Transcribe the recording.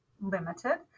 limited